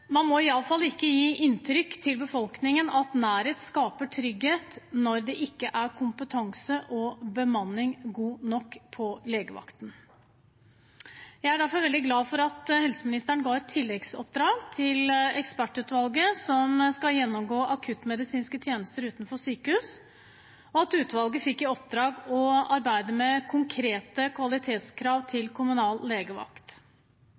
Man må iallfall ikke gi inntrykk til befolkningen av at nærhet skaper trygghet når det ikke er kompetanse og bemanning god nok på legevakten. Jeg er derfor veldig glad for at helseministeren ga et tilleggsoppdrag til ekspertutvalget som skal gjennomgå akuttmedisinske tjenester utenfor sykehus, og at utvalget fikk i oppdrag å arbeide med konkrete kvalitetskrav til kommunal legevakt.